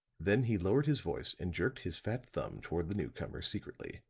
then he lowered his voice and jerked his fat thumb toward the newcomer secretly,